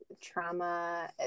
Trauma